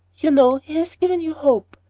you know he has given you hope.